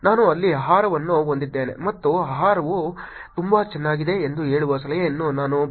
ನಾನು ಅಲ್ಲಿ ಆಹಾರವನ್ನು ಹೊಂದಿದ್ದೇನೆ ಮತ್ತು ಆಹಾರವು ತುಂಬಾ ಚೆನ್ನಾಗಿದೆ ಎಂದು ಹೇಳುವ ಸಲಹೆಯನ್ನು ನಾನು ಬಿಡಬಹುದು